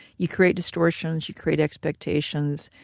you create distortions. you create expectations.